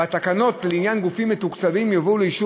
והתקנות לעניין גופים מתוקצבים יובאו לאישור